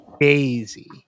Daisy